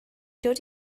dod